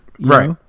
Right